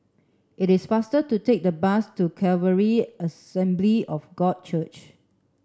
it is faster to take the bus to Calvary Assembly of God Church